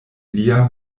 lia